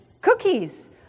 Cookies